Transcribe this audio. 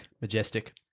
Majestic